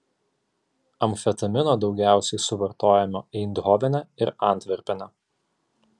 amfetamino daugiausiai suvartojama eindhovene ir antverpene